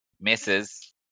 Misses